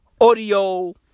Audio